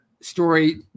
story